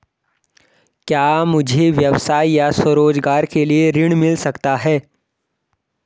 क्या मुझे व्यवसाय या स्वरोज़गार के लिए ऋण मिल सकता है?